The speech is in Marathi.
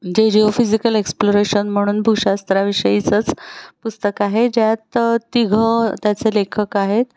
जे जिओ फिजिकल एक्सप्लोरेशन म्हणून भूशास्त्राविषयीचंच पुस्तक आहे ज्यात तिघं त्याचे लेखक आहेत